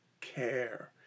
care